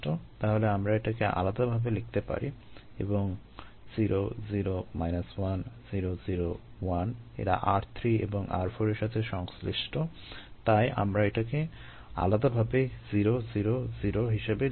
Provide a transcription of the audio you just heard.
তাহলে আমরা এটাকে আলাদাভাবে লিখতে পারি এবং 0 0 1 0 0 1 এরা r3 এবং r4 এর সাথে সংশ্লিষ্ট এবং তাই আমরা এটাকে আলাদাভাবে 0 0 0 হিসেবে লিখেছি